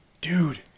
Dude